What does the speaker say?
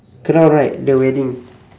crown right the wedding